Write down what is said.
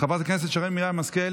חברת הכנסת שרן מרים השכל,